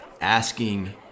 asking